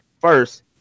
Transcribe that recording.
First